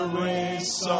race